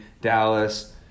Dallas